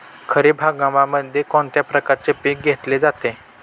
खरीप हंगामामध्ये कोणत्या प्रकारचे पीक घेतले जाते?